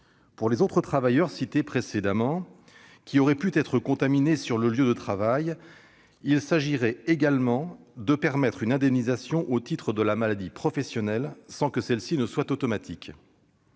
Pour les autres travailleurs cités précédemment qui auraient pu être contaminés sur leur lieu de travail, il s'agira également de permettre une indemnisation au titre de la maladie professionnelle sans que celle-ci soit automatique.